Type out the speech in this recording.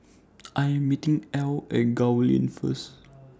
I Am meeting Ell At Gul Lane First